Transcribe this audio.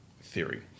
theory